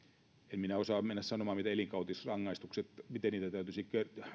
en minä osaa mennä sanomaan miten elinkautisrangaistuksia täytyisi